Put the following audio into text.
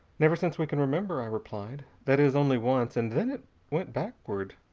never since we can remember, i replied. that is, only once, and then it went backward.